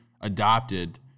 adopted